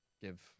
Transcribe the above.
give